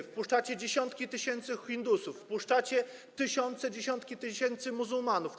Wpuszczacie dziesiątki tysięcy Hindusów, wpuszczacie tysiące, dziesiątki tysięcy muzułmanów.